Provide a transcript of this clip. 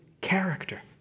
character